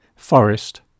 Forest